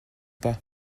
pas